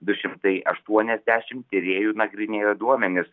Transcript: du šimtai aštuoniasdešim tyrėjų nagrinėjo duomenis